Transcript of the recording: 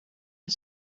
her